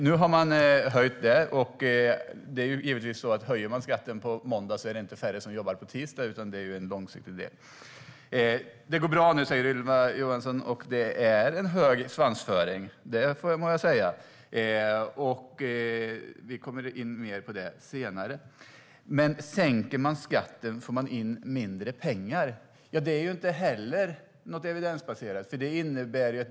Nu har man höjt dem. Höjer man skatten på måndag är det givetvis inte så att det är färre som jobbar på tisdagen, utan det sker långsiktigt. Ylva Johansson säger att det går bra nu. Det är hög svansföring, må jag säga. Vi kommer in mer på det senare. Sänker man skatten får man in mindre pengar, påstås det. Det är inte heller något evidensbaserat.